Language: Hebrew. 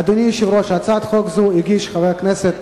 אדוני היושב-ראש, הצעת חוק זו הגיש חבר הכנסת,